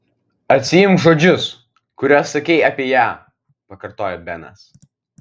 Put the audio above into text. atsiimk žodžius kuriuos sakei apie ją pakartojo benas